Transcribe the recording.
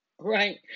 Right